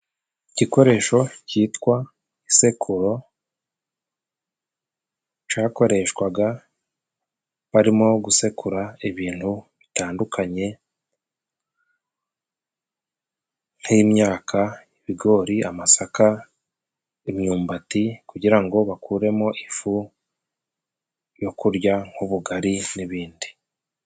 Igikoresho cyitwa isekuro, cyakoreshwaga barimo gusekura ibintu bitandukanye, nk'imyaka ibigori, amasaka, imyumbati, kugira ngo bakuremo ifu yo kurya nk'ubugari n'ibindi.